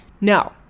No